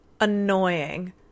annoying